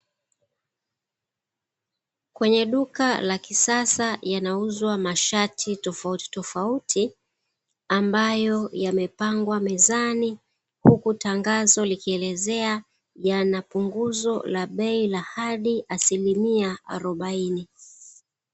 Kwenye duka la kisasa, yanauzwa mashati tofautitofauti ambayo yamepangwa mezani, huku tangazo likielezea yana punguzo la bei la hadi asilimia arobaini.